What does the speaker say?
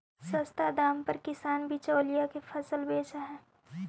सस्ता दाम पर किसान बिचौलिया के फसल बेचऽ हइ